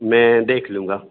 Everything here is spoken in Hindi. मैं देख लूँगा